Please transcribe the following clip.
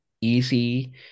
easy